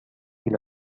إلى